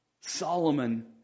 Solomon